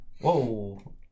Whoa